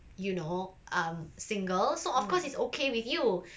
you know um single so of course it's okay with you